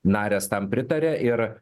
narės tam pritaria ir